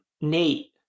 Nate